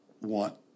want